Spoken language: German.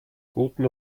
guten